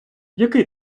який